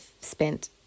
spent